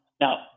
Now